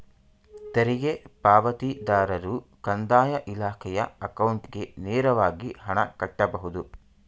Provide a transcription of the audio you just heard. ತೆರಿಗೆ ಪಾವತಿದಾರರು ಕಂದಾಯ ಇಲಾಖೆಯ ಅಕೌಂಟ್ಗೆ ನೇರವಾಗಿ ಹಣ ಕಟ್ಟಬಹುದು